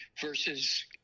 versus